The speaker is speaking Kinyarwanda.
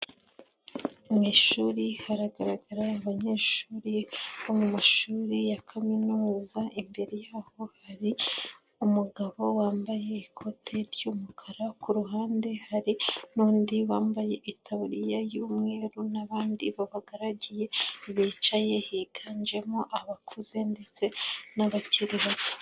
Mu ishuri haragaragara abanyeshuri bo mu mashuri ya kaminuza, imbere yaho hari umugabo wambaye ikote ry'umukara, ku ruhande hari n'undi wambaye itaburiya y'umweru n'abandi babagaragiye bicaye higanjemo abakuze ndetse n'abakiri bato.